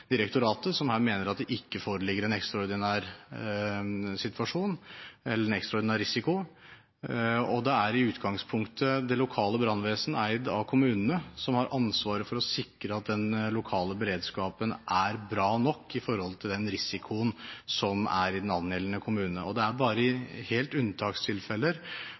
direktoratet, som her mener at det ikke foreligger en ekstraordinær risiko. Det er i utgangspunktet det lokale brannvesen, eid av kommunene, som har ansvaret for å sikre at den lokale beredskapen er bra nok i forhold til den risikoen som er i den angjeldende kommune. Det er bare i rene unntakstilfeller